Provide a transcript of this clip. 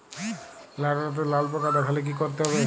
লাউ ডাটাতে লাল পোকা দেখালে কি করতে হবে?